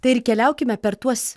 tai ir keliaukime per tuos